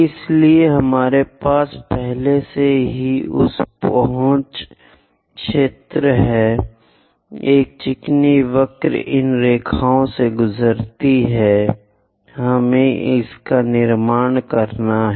इसलिए हमारे पास पहले से ही उस पहुंच क्षेत्र है एक चिकनी वक्र इन रेखाओं से गुजरती है हमें निर्माण करना है